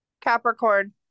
Capricorn